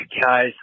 Guys